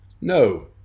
No